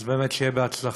אז באמת שיהיה בהצלחה.